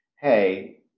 Hey